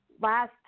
last